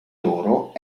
loro